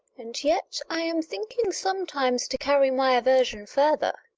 and yet i am thinking sometimes to carry my aversion further.